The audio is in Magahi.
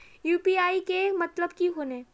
यु.पी.आई के मतलब की होने?